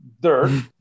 dirt